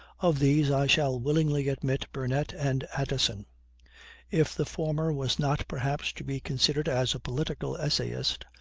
of these i shall willingly admit burnet and addison if the former was not, perhaps, to be considered as a political essayist,